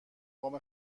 وام